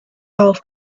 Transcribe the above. golf